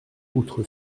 outre